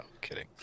kidding